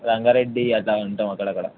రంగారెడ్డి అలా ఉంటాం అక్కడక్కడ